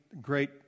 great